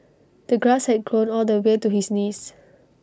the grass had grown all the way to his knees